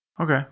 Okay